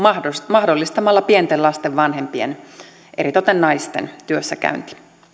mahdollistamalla pienten lasten vanhempien eritoten naisten työssäkäynti